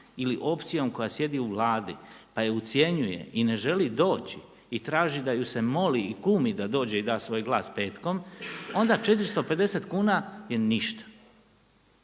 ili opcijom koja sjedi u Vladi pa je ucjenjuje i ne želi doći i traži da ju se moli i kumi da dođe i da svoj glasa petkom onda 450 kuna je ništa.